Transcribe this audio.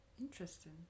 Interesting